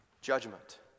Judgment